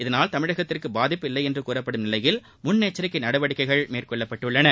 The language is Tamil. இதனால் தமிழகத்திற்கு பாதிப்பு இல்லை என்று கூறப்படும் நிலையில் முன்னெச்சரிக்கை நடவடிக்கைகள் மேற்கொள்ளப்பட்டுள்ளன